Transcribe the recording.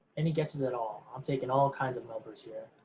any guesses at all, i'm taking all kinds of numbers here.